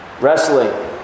wrestling